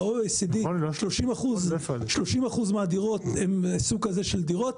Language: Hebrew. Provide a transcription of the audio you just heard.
ב-OECD 30% מהדירות הן סוג כזה של דירות.